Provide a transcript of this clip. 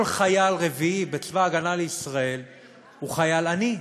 כל חייל רביעי בצבא ההגנה לישראל הוא חייל עני.